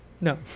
no